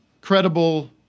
credible